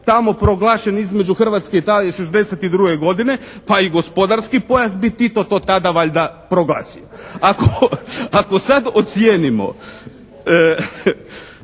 tamo proglašen između Hrvatske i … /Govornik se ne razumije./ … 1962. godine, pa i gospodarski pojas bi Tito to tada valjda proglasio. Ako sad ocijenimo,